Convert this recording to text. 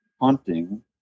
hunting